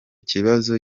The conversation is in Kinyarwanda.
kibazo